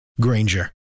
Granger